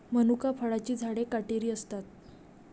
मनुका फळांची झाडे काटेरी असतात